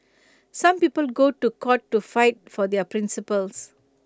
some people go to court to fight for their principles